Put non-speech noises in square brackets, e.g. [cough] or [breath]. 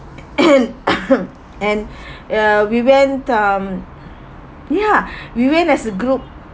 [breath] [coughs] and uh we went um ya [breath] we went as a group